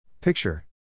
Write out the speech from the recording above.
Picture